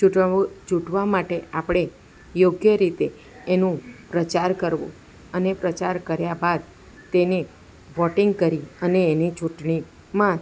ચૂંટવવું ચૂંટવા માટે આપણે યોગ્ય રીતે એનું પ્રચાર કરવો અને પ્રચાર કર્યા બાદ તેને વોટિંગ કરી અને એની ચૂંટણીમાં